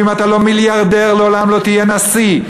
ואם אתה לא מיליארדר לעולם לא תהיה נשיא,